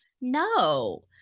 No